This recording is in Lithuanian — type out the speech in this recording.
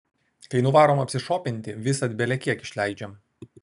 kai nuvarom apsišopinti visad belekiek išleidžiam